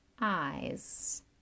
eyes